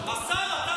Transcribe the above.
מכתבים.